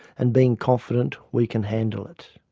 and being confident we can handle it.